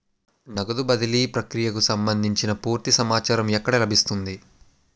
నగదు బదిలీ ప్రక్రియకు సంభందించి పూర్తి సమాచారం ఎక్కడ లభిస్తుంది?